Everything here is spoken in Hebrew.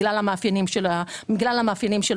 בגלל המאפיינים של השוק,